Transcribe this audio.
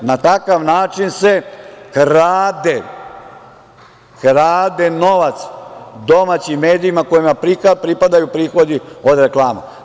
Na takav način se krade novac domaćim medijima kojima pripadaju prihodi od reklama.